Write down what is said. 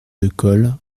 decool